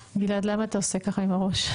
גלעד, למה אתה עושה ככה עם הראש?